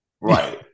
right